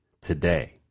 today